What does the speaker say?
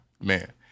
man